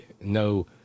no